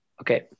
Okay